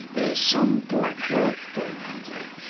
there's some black work going on there.